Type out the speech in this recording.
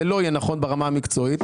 זה לא יהיה נכון ברמה המקצועית.